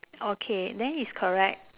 okay then it's correct